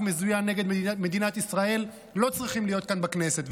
מזוין נגד מדינת ישראל לא צריכים להיות כאן בכנסת,